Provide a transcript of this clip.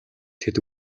тэд